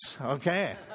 Okay